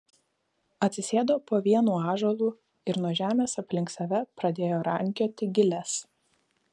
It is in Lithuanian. atsisėdo po vienu ąžuolu ir nuo žemės aplink save pradėjo rankioti giles